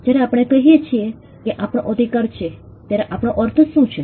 જ્યારે આપણે કહીએ કે આપણો અધિકાર છે ત્યારે આપણો અર્થ શું છે